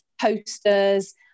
posters